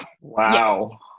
Wow